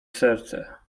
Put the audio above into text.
serce